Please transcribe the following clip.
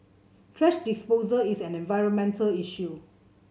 thrash disposal is an environmental issue